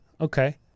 okay